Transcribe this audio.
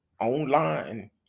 online